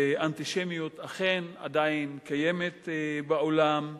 אנטישמיות אכן עדיין קיימת בעולם,